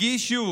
הגישו